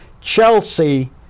Chelsea